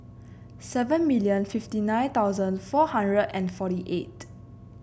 seven million fifty nine thousand four hundred and forty eight